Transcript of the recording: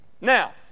Now